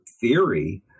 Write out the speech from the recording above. theory